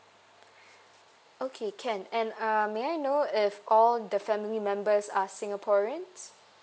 okay can and uh may I know if all the family members are singaporeans